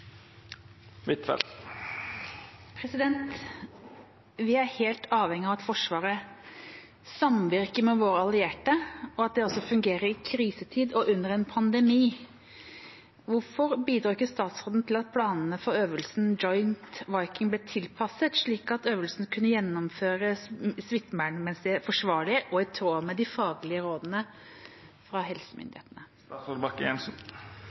helt avhengige av at Forsvaret og samvirket med våre allierte også fungerer i en krisetid og under en pandemi. Hvorfor bidro ikke statsråden til at planene for øvelsen Joint Viking ble tilpasset, slik at øvelsen kunne gjennomføres smittevernmessig forsvarlig og i tråd med de faglige rådene fra